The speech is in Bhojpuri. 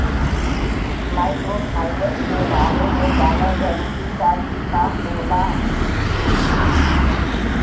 माइक्रोफाइनेस के बारे में जानल जरूरी बा की का होला ई?